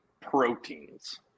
proteins